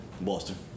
Boston